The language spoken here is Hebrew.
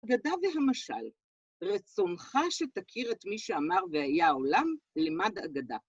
אגדה והמשל, רצונך שתכיר את מי שאמר ואהיה העולם? למד אגדה.